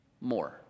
more